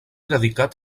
dedicat